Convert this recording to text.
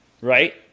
right